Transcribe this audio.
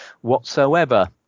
whatsoever